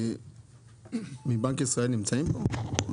מבנק ישראל נמצאים פה?